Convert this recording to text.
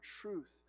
truth